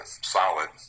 solid